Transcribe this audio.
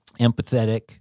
empathetic